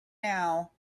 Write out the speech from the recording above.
now